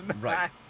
Right